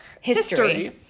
History